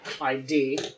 ID